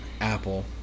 Apple